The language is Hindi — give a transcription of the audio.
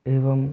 एवं